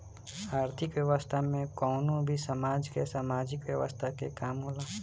आर्थिक व्यवस्था में कवनो भी समाज के सामाजिक व्यवस्था के काम होला